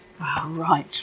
right